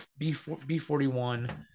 B41